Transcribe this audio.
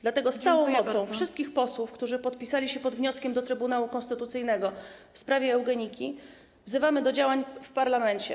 Dlatego z całą mocą wszystkich posłów, którzy podpisali się pod wnioskiem do Trybunału Konstytucyjnego w sprawie eugeniki, wzywamy do działań w parlamencie.